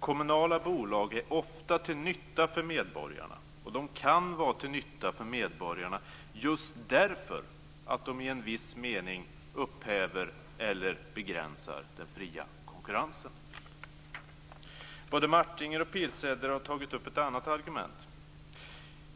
Kommunala bolag är ofta till nytta för medborgarna, och de kan vara till nytta för medborgarna just därför att de i viss mening upphäver eller begränsar den fria konkurrensen. Både Martinger och Pilsäter har tagit upp ett annat argument.